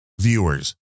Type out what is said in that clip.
viewers